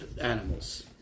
animals